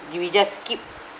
we will just keep